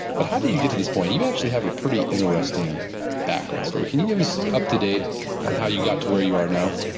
but how do you you get to this point? you actually have a pretty interesting background story. can you get us up to date on how you got to where you are now?